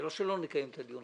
זה לא שלא נקיים את הדיון,